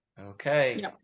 Okay